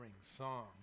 song